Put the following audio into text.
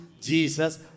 Jesus